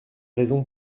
raisons